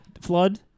Flood